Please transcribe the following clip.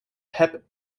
pep